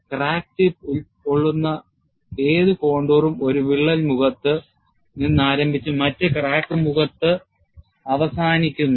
crack tip ഉൾക്കൊള്ളുന്ന ഏത് contour ഉം ഒരു വിള്ളൽ മുഖത്ത് നിന്ന് ആരംഭിച്ച് മറ്റ് ക്രാക്ക് മുഖത്ത് അവസാനിക്കുന്നു